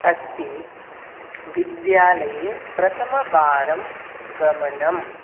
अस्ति विद्यालये प्रथमवारं गमनम्